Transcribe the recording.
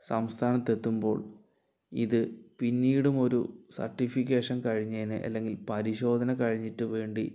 സംസ്ഥാനത്ത് എത്തുമ്പോൾ ഇത് പിന്നീടും ഒരു സെർട്ടിഫിക്കേഷൻ കഴിഞ്ഞേനെ അല്ലെങ്കിൽ പരിശോധന കഴിഞ്ഞിട്ട് വേണ്ടി